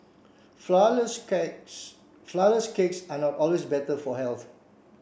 flour less cakes flour less cakes are not always better for health